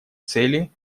цели